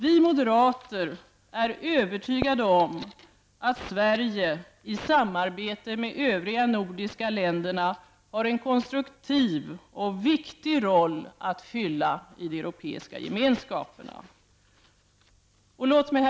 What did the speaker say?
Vi moderater är övertygade om att Sverige i samarbete med de övriga nordiska länderna har en konstruktiv och viktig roll att fylla i de europeiska gemenskaperna. Herr talman!